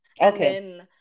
Okay